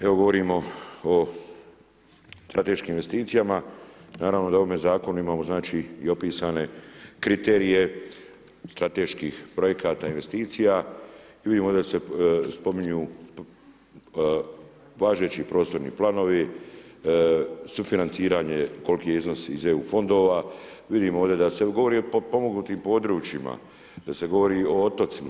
Evo govorimo o strateškim investicijama, naravno da u ovome zakonu imamo znači i opisane kriterije strateških projekata i investicija i vidimo ovdje da se spominju važeći prostorni planovi, sufinanciranje koliko je iznos iz EU fondova, vidimo ovdje da se govori o potpomognutim područjima, da se govori o otocima.